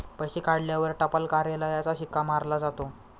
पैसे काढल्यावर टपाल कार्यालयाचा शिक्का मारला जातो